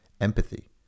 empathy